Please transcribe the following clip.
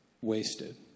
wasted